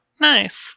nice